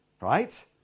Right